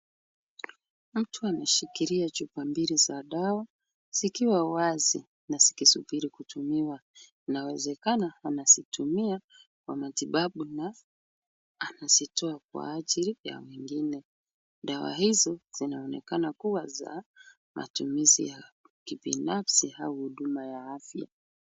Mtu ameshikilia chupa mbili za dawa, zikiwa wazi na zikisubiri kutumiwa. Inawezekana anazitumia kwa matibabu na anazitoa kwa ajili ya wengine. Dawa hizi zinaonekana kuwa za matumizi ya kibinafsi au huduma ya afya.